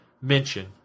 mention